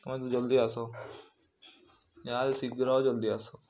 ତମେ ତ ଜଲ୍ଦି ଆସ ଇହାଦେ ଶିଘ୍ର ଜଲ୍ଦି ଆସ